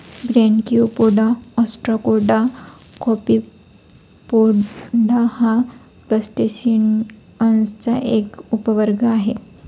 Branchiopoda, ostracoda, copepoda हा क्रस्टेसिअन्सचा एक उपवर्ग आहे